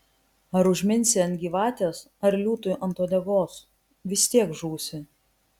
ar užminsi ant gyvatės ar liūtui ant uodegos vis tiek žūsi